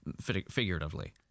figuratively